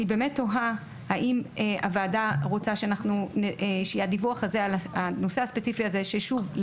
אני באמת תוהה האם הוועדה רוצה שהדיווח הזה על הנושא הספציפי הזה שוב,